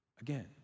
again